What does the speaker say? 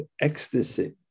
ecstasy